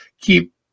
keep